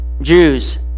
Jews